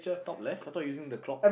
top left I thought you using the clock